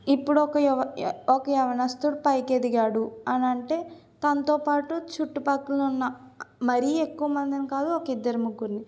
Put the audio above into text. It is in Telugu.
ఇప్పుడొక యవ ఒక యవ్వనస్తుడు పైకి ఎదిగాడు అనంటే తనతో పాటు చుట్టుపక్కలున్న మరీ ఎక్కువ మంది అని కాదు ఒక ఇద్దరు ముగ్గురిని